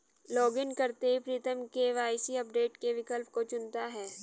login करते ही Pritam KYC update के विकल्प को चुनता है